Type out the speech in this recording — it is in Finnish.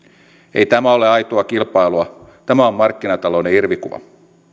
ei tämä ole aitoa kilpailua tämä on markkinatalouden irvikuva